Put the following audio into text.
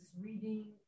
reading